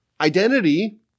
identity